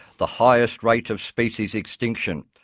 the highest rate of species extinction.